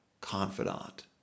confidant